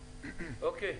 אוקיי.